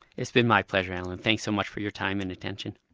it's been my pleasure alan, thanks so much for your time and attention.